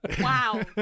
wow